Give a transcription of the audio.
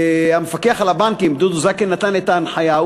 המפקח על הבנקים דודו זקן נתן את ההנחיה,